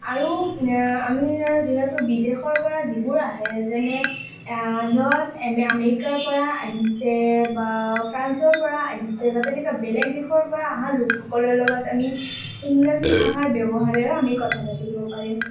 আৰু আমি যিহেতু বিদেশৰ পৰা যিবোৰ আহে যেনে সিহঁত এমে আমেৰিকাৰ পৰা আহিছে বা ফ্ৰান্সৰ পৰা আহিছে বা তেনেকুৱা বেলেগ দেশৰ পৰা অহা লোকসকলৰ লগত আমি ইংৰাজী ভাষাৰ ব্যৱহাৰেও আমি কথা পাতিব পাৰিম